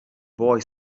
boy